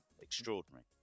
extraordinary